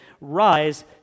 rise